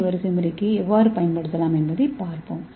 ஏ வரிசைமுறைக்கு எவ்வாறு பயன்படுத்தலாம் என்பதைப் பார்ப்போம்